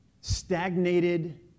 stagnated